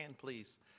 please